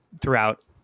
throughout